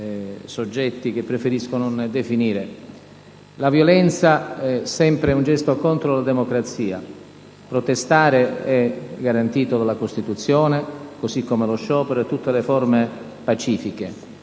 La violenza è sempre un gesto contro la democrazia. Protestare è garantito dalla Costituzione, così come lo sciopero e tutte le forme pacifiche